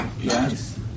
yes